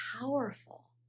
powerful